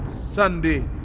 Sunday